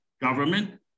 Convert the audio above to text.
government